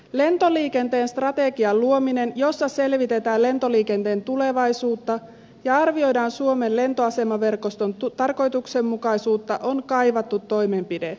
lentoliikenteen strategian luominen jossa selvitetään lentoliikenteen tulevaisuutta ja arvioidaan suomen lentoasemaverkoston tarkoituksenmukaisuutta on kaivattu toimenpide